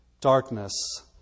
darkness